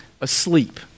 asleep